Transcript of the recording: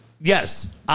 Yes